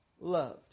loved